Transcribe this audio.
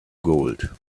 gold